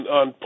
on